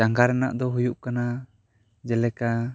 ᱪᱟᱸᱜᱟ ᱨᱮᱱᱟᱜ ᱫᱚ ᱦᱩᱭᱩᱜ ᱠᱟᱱᱟ ᱡᱮ ᱞᱮᱠᱟ